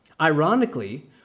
Ironically